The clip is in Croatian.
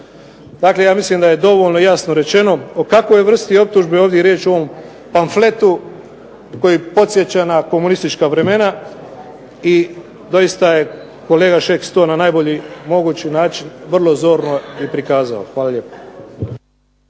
Dakle, ja mislim da je dovoljno jasno rečeno o kakvoj je vrsti optužbe ovdje riječ u ovom pamfletu koji podsjeća na komunistička vremena i doista je kolega Šeks to na najbolji mogući način vrlo zorno i prikazao. Hvala lijepo.